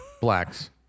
Blacks